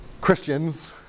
Christians